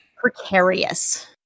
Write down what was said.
precarious